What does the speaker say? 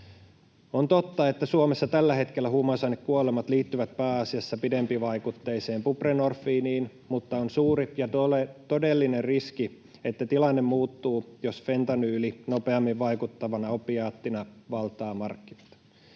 On totta, että Suomessa tällä hetkellä huumausainekuolemat liittyvät pääasiassa pidempivaikutteiseen buprenorfiiniin, mutta on suuri ja todellinen riski, että tilanne muuttuu, jos fentanyyli nopeammin vaikuttavana opiaattina valtaa markkinoita.